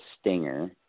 stinger